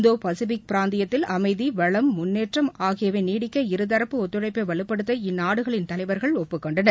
இந்தோ Pacific பிராந்தியத்தில் அமைதி வளம் முன்னேற்றம் ஆகியவை நீடிக்க இருதரப்பு ஒத்துழைப்பை வலுப்படுத்த இந்நாடுகளின் தலைவர்கள் ஒப்புக்கொண்டனர்